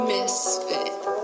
Misfit